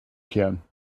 kehren